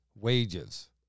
wages